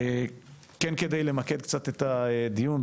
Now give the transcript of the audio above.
כן כדי למקד קצת את הדיון,